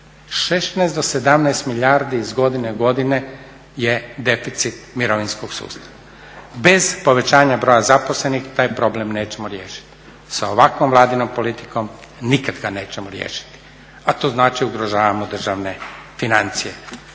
16 do 17 milijardi iz godine u godinu je deficit mirovinskog sustava. Bez povećanja broja zaposlenih taj problem nećemo riješiti, sa ovakvom Vladinom politikom nikad ga nećemo riješiti. A to znači ugrožavamo državne financije.